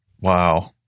Wow